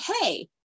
Hey